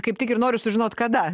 kaip tik ir noriu sužinot kada